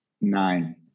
Nine